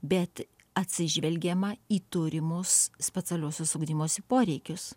bet atsižvelgiama į turimus specialiuosius ugdymosi poreikius